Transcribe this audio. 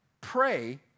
pray